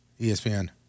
ESPN